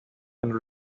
and